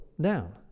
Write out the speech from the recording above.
down